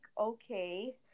okay